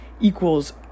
equals